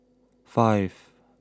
five